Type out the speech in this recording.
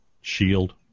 shield